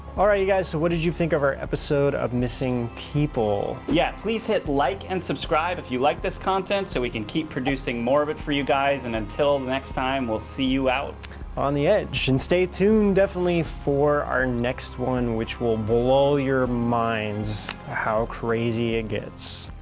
alright you guys, what did you think of our episode of missing people? yeah please hit like and subscribe if you like this content. so we can keep producing more of it for you guys and until next time we'll see you out on the edge. and stay tuned definitely for our next one which we'll blow your minds, how crazy it and gets.